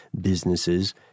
businesses